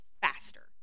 faster